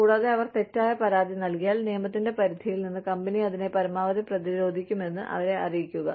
കൂടാതെ അവർ തെറ്റായ പരാതി നൽകിയാൽ നിയമത്തിന്റെ പരിധിയിൽ നിന്ന് കമ്പനി അതിനെ പരമാവധി പ്രതിരോധിക്കുമെന്ന് അവരെ അറിയിക്കുക